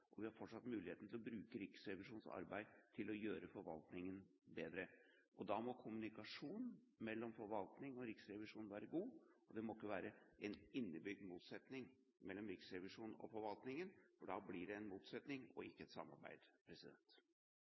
og vi har fortsatt muligheten til å bruke Riksrevisjonens arbeid til å gjøre forvaltningen bedre. Da må kommunikasjonen mellom forvaltningen og Riksrevisjonen være god. Det må ikke være en innebygd motsetning mellom Riksrevisjonen og forvaltningen, for da blir det en motsetning og ikke et samarbeid.